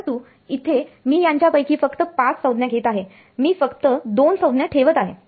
परंतु इथे मी यांच्यापैकी फक्त 5 संज्ञा घेत आहे मी फक्त 2 संज्ञा ठेवत आहे